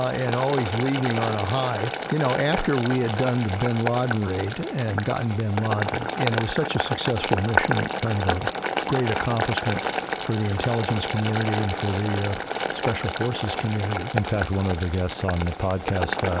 and always leaving on a high you know, after we had done the bin laden raid and gotten bin laden, and it was such a successful mission, kind of a great accomplishment for the intelligence community and for the ah special forces community. in fact, one of the guests on the podcast,